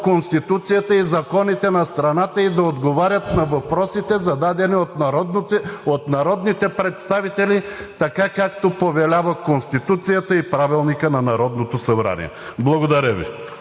Конституцията и законите на страната, и да отговарят на въпросите, зададени от народните представители така, както повелява Конституцията и Правилника на Народното събрание. Благодаря Ви.